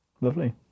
Lovely